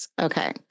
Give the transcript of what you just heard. Okay